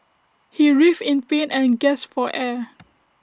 he writhed in pain and gasped for air